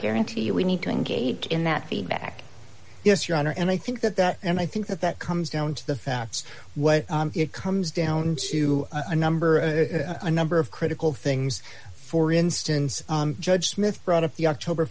guarantee you we need to engage in that feedback yes your honor and i think that that and i think that that comes down to the facts when it comes down to a number of a number of critical things for instance judge smith brought up the october